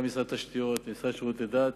גם משרד התשתיות וגם המשרד לשירותי דת.